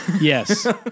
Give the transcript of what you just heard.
Yes